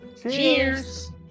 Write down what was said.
Cheers